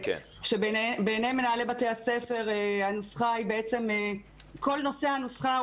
שבעיניי מנהלי בתי הספר כל נושא הנוסחה,